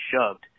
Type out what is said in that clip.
shoved